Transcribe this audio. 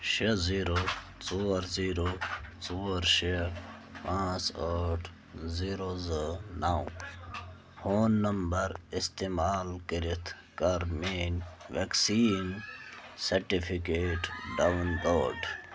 شےٚ زیٖرو ژور زیٖرو ژور شےٚ پانٛژھ زیٖرو زٕ نَو فون نمبر استعمال کٔرِتھ کر میٛٲنۍ ویٚکسیٖن سٔرٹِفکیٹ ڈاوُن لوڈ